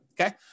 okay